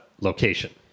location